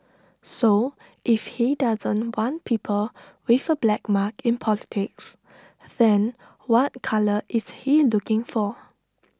so if he doesn't want people with A black mark in politics then what colour is he looking for